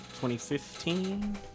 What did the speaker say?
2015